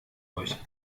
euch